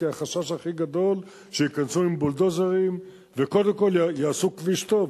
כי החשש הכי גדול היה שייכנסו עם בולדוזרים וקודם כול יעשו כביש טוב,